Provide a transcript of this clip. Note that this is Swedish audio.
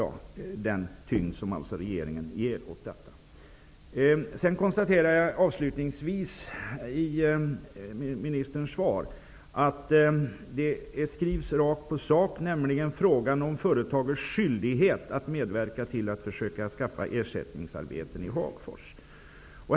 Den tyngd regeringen ger åt detta är jättebra. Sedan konstaterar jag att det avslutningsvis i ministerns svar skrivs rakt på sak: ''--- frågan om företagets skyldighet att medverka till att försöka skaffa ersättningsarbeten i Hagfors.''